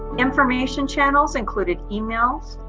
information channels included emails,